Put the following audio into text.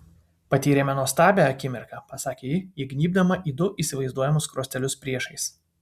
patyrėme nuostabią akimirką pasakė ji įgnybdama į du įsivaizduojamus skruostelius priešais